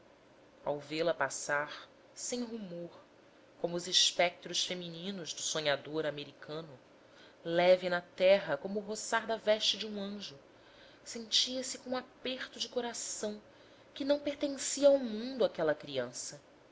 ao vê-la passar sem rumor como os espectros femininos do sonhador americano leve na terra como o rogar da veste de um anjo sentia-se com aperto de coração que não pertencia ao mundo aquela criança